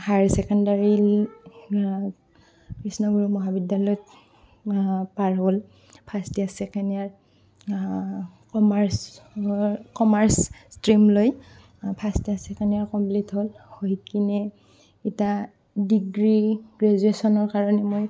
higher secondary Krishna Guru মহাবিদ্যালয়ত পাৰ হ'ল ফাৰ্ষ্ট ইয়েৰ চেকেণ্ড ইয়েৰ কমাৰ্চৰ কমাৰ্চ ষ্ট্ৰীম লৈ first year second year complete হ'ল হৈ কিনে এতিয়া ডিগ্ৰী গ্ৰেজুয়েশ্যনৰ কাৰণে মই